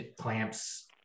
clamps